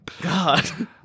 god